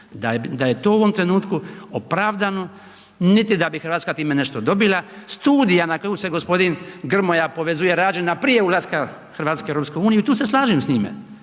Da je to u ovom trenutku opravdano niti da bi Hrvatska time nešto dobila. Studija na koju se g. Grmoja povezuje, rađena prije ulaska Hrvatske u EU i tu se slažem s time.